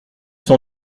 son